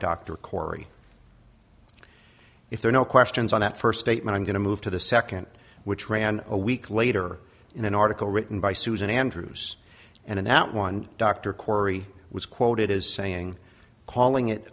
dr corey if there are no questions on that first statement i'm going to move to the second which ran a week later in an article written by susan andrews and that one doctor corey was quoted as saying calling it